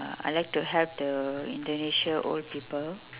uh I like to help the indonesia old people